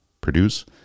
produce